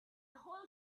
whole